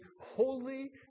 holy